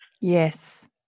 Yes